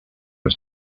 was